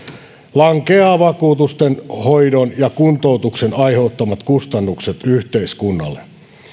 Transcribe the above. lankeavat vakuutusten hoidon ja kuntoutuksen aiheuttamat kustannukset yhteiskunnalle